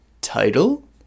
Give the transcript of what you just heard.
title